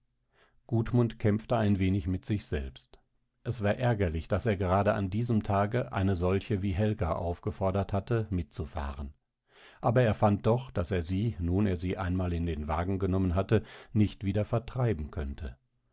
lieber gudmund kämpfte ein wenig mit sich selbst es war ärgerlich daß er gerade an diesem tage eine solche wie helga aufgefordert hatte mitzufahren aber er fand doch daß er sie nun er sie einmal in den wagen genommen hatte nicht wieder vertreiben könnte